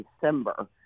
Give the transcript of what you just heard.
December